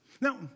Now